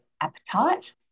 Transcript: appetite